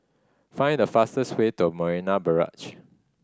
find the fastest way to Marina Barrage